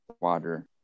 water